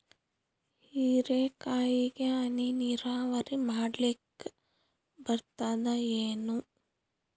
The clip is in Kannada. ಹೀರೆಕಾಯಿಗೆ ಹನಿ ನೀರಾವರಿ ಮಾಡ್ಲಿಕ್ ಬರ್ತದ ಏನು?